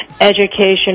Education